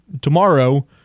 tomorrow